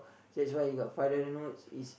so that's why we got five dollar note is